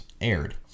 aired